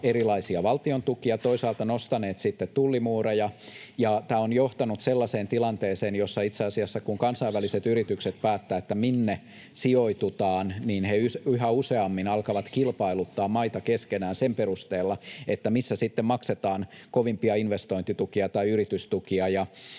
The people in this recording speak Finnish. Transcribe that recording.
erilaisia valtiontukia, toisaalta nostaneet sitten tullimuureja, ja tämä on johtanut sellaiseen tilanteeseen, jossa itse asiassa, kun kansainväliset yritykset päättävät, minne sijoitutaan, he yhä useammin alkavat kilpailuttaa maita keskenään sen perusteella, missä sitten maksetaan kovimpia investointitukia tai yritystukia.